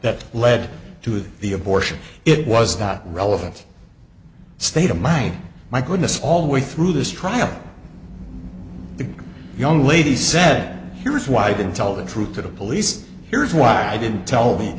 that led to the abortion it was not relevant state of mind my goodness all the way through this trial the young lady said here's why i didn't tell the truth to the police here's why i didn't tell